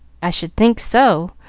i should think so!